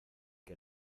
que